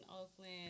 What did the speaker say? Oakland